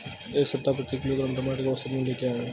इस सप्ताह प्रति किलोग्राम टमाटर का औसत मूल्य क्या है?